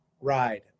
ride